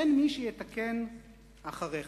אין מי שיתקן אחריך".